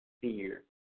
fear